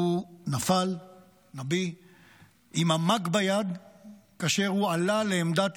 הוא נפל עם המאג ביד כאשר עלה לעמדת